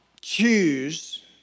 choose